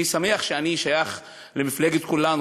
אני שמח שאני שייך למפלגת כולנו,